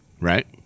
right